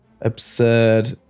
absurd